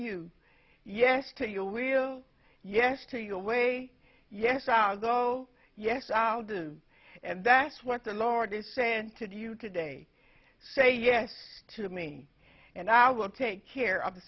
you yes to your will yes to your way yes i'll go yes i'll do and that's what the lord is saying to you today say yes to me and i will take care of the